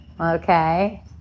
Okay